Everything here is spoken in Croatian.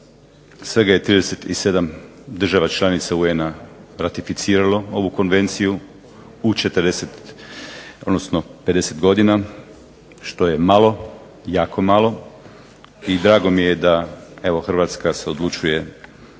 svega je 37 država članica UN-a ratificiralo ovu konvenciju, u 40, odnosno 50 godina, što je malo, jako malo i drago mi je da evo Hrvatska se odlučuje